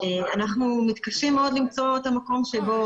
אנחנו מתקשים מאוד למצוא את המקום שבו